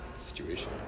situation